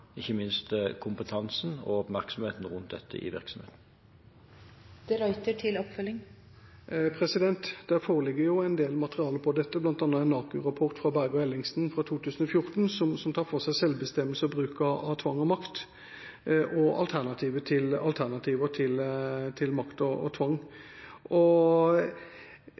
ikke minst kompetansen og oppmerksomheten rundt dette i virksomheten. Det foreligger en del materiale på dette, bl.a. en NAKU-rapport fra Berge og Ellingsen fra 2014, som tar for seg selvbestemmelse og bruk av tvang og makt og alternativer til tvang og makt. Det er vel ikke uten grunn heller at brukerorganisasjoner og